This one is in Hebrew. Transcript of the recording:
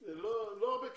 זה לא הרבה כסף.